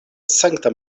sankta